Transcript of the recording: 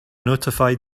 notified